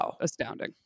astounding